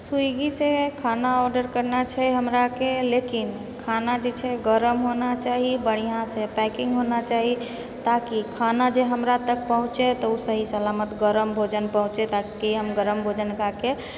स्विगीसँ खाना ऑडर करना छै हमराके लेकिन खाना जे छै गरम होना चाही बढ़िआँसँ पैकिङ्ग होना चाही ताकि खाना जे हमरा तक पहुँचए तऽ ओ सही सलामत गरम भोजन पहुँचए ताकि हम गरम भोजन कऽ कऽ